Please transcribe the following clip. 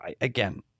again